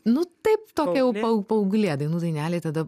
nu taip tokia jau pa paauglė dainų dainelėj tada